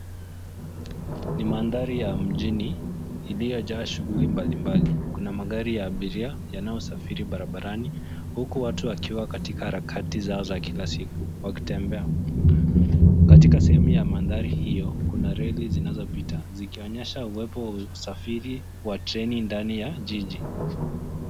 Ni mandhari ya mjini iliyojaa shughuli mbalimbali, kuna magari ya abiria yanayosafiri barabarani huku watu wakiwa katika harakati zao za kila siku, wakitembea. Katika sehemu ya mandhari hio kuna reli zinazopita zikionyesha uwepo wa usafiri wa treni ndani ya jiji.